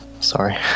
sorry